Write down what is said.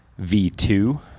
V2